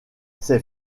ces